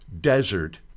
desert